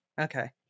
Okay